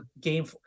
game